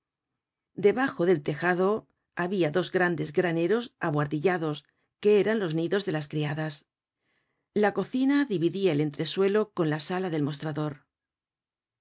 debajo del tejado habia dos grandes graneros abuhardillados que eran los nidos de las criadas la cocina dividia el entresuelo con la sala del mostrador